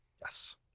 Yes